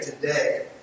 today